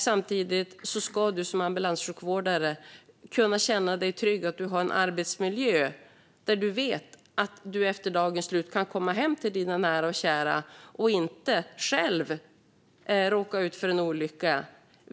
Samtidigt ska du kunna känna dig trygg i att du har en arbetsmiljö där du vet att du efter dagens slut kan komma hem till dina nära och kära och inte själv råka ut för en olycka.